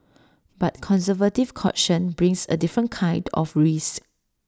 but conservative caution brings A different kind of risk